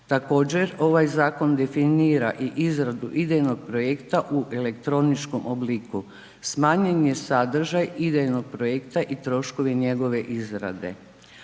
Također, ovaj zakon definira i izradu idejnog projekta u elektroničkom obliku. Smanjen je sadržaj idejnog projekta i troškovi njegove izrade.